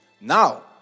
Now